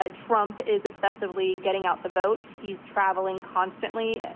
ah trump is obsessively getting out the vote, he's traveling constantly,